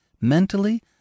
mentally